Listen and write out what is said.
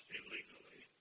illegally